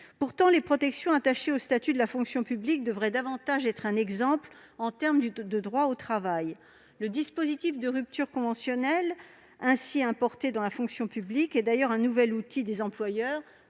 le bas ! Les protections attachées au statut de la fonction publique devraient, au contraire, faire davantage figure d'exemples en termes de droits au travail. Le dispositif de rupture conventionnelle ainsi importé dans la fonction publique est d'ailleurs un nouvel outil des employeurs